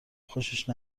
خوشش